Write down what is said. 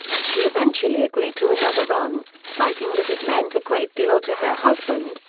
she eventually agreed to another run, citing that it meant a great deal to her husband,